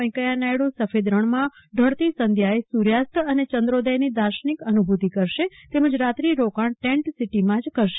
વૈકેયા નાયડ઼ સફેદ રણમાં ઢળતી સંધ્યાએ સૂર્યાસ્ત અને ચંદ્રોદયની દાર્શનીક અનુભૂતિ કરશે તેમજ રાત્રિ રોકાણ ટેન્ટ સીટીમાં જ કરશે